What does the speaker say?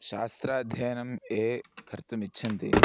शास्त्राध्ययनं ये कर्तुम् इच्छन्ति